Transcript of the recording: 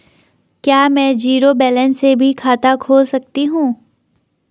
क्या में zero balance से भी खाता खोल सकता हूँ?